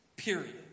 Period